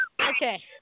okay